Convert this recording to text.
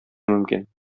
мөмкин